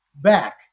back